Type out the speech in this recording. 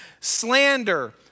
Slander